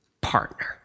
partner